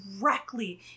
directly